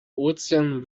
ozean